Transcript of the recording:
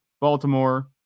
Baltimore